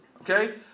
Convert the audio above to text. Okay